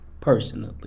personally